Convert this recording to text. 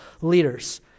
leaders